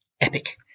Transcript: epic